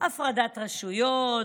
הפרדת רשויות,